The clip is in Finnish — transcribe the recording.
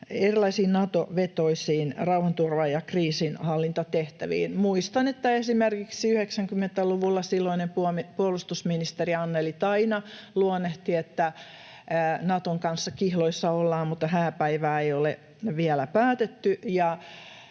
erilaisiin Nato-vetoisiin rauhanturva- ja kriisinhallintatehtäviin. Muistan, että esimerkiksi 90‑luvulla silloinen puolustusministeri Anneli Taina luonnehti, että Naton kanssa kihloissa ollaan, mutta hääpäivää ei ole vielä päätetty.